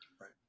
Right